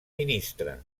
ministre